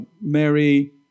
Mary